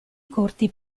corti